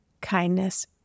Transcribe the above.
kindness